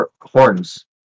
horns